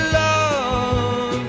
love